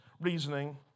reasoning